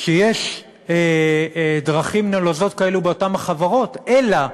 שיש דרכים נלוזות כאלו באותן החברות, אלא